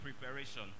preparation